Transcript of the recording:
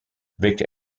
victor